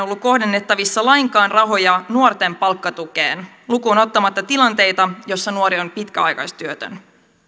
ollut kohdennettavissa lainkaan rahoja nuorten palkkatukeen lukuun ottamatta tilanteita joissa nuori on pitkäaikaistyötön